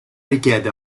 richiede